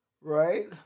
right